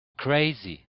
crazy